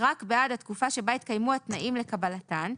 רק בעד התקופה שבה התקיימו התנאים לקבלתן,